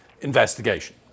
investigation